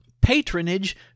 patronage